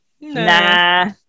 nah